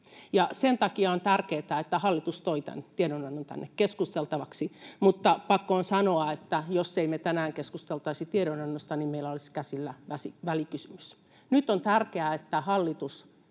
Sen takia on tärkeätä, että hallitus toi tämän tiedonannon tänne keskusteltavaksi, mutta pakko on sanoa, että jos ei me tänään keskusteltaisi tiedonannosta, niin meillä olisi käsillä välikysymys. Nyt on tärkeää, että hallitus